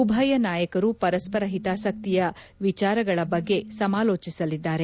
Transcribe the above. ಉಭಯ ನಾಯಕರು ಪರಸ್ಸರ ಹಿತಾಸಕ್ತಿಯ ವಿಚಾರಗಳ ಬಗ್ಗೆ ಸಮಾಲೋಚಿಸಲಿದ್ದಾರೆ